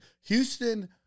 Houston